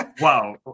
Wow